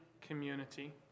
community